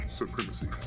supremacy